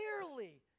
Clearly